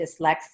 dyslexia